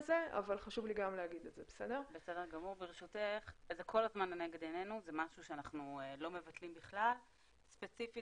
בטח ובטח עם ישראל דיגיטלית